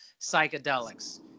psychedelics